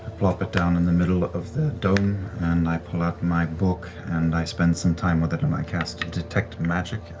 plop it down in the middle of the dome and i pull out my book and i spend some time with it and i cast detect magic,